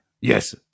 yes